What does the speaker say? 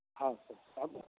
हॅं तब